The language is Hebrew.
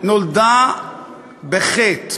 נולדה בחטא.